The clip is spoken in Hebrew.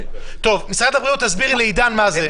טוב, משרד הבריאות, תסבירי לעידן מה זה.